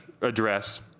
address